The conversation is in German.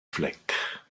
fleck